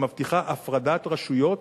המבטיחה הפרדת רשויות,